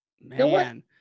Man